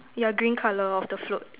ya green colour of the float